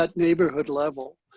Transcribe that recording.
but neighborhood level.